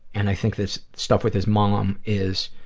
and i think this stuff with his mom is